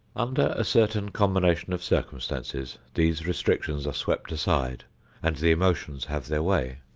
under a certain combination of circumstances these restrictions are swept aside and the emotions have their way.